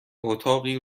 اتاقی